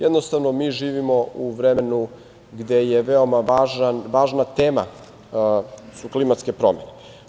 Jednostavno, mi živimo u vremenu gde je veoma važna tema klimatske promene.